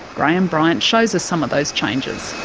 graham bryant shows us some of those changes.